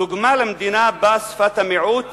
דוגמה למדינה שבה שפת המיעוט